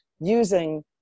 using